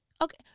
Okay